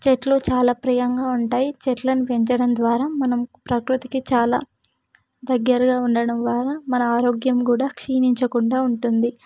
చెట్లు చాలా ప్రియంగా ఉంటాయి చెట్లను పెంచడం ద్వారా మనం ప్రకృతికి చాలా దగ్గరగా ఉండటం వల్ల మన ఆరోగ్యం కూడా క్షీణించకుండా ఉంటుంది